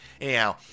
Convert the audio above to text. Anyhow